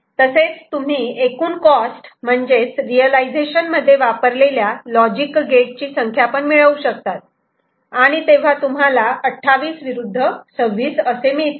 तसेच तुम्ही एकूण कॉस्ट म्हणजेच रियलायझेशन मध्ये वापरलेल्या लॉजिक गेटची संख्या पण मिळवू शकतात आणि तेव्हा तुम्हाला 28 विरुद्ध 26 असे मिळते